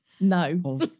No